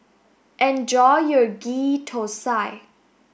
enjoy your Ghee Thosai